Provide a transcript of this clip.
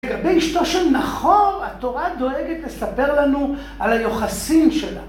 לגבי אשתו של נחור התורה דואגת לספר לנו על היוחסין שלה